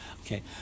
Okay